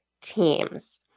teams